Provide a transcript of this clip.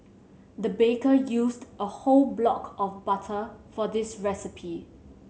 the baker used a whole block of butter for this recipe